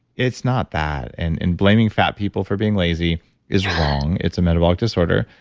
it's not that. and and blaming fat people for being lazy is wrong. it's a metabolic disorder.